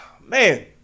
man